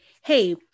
hey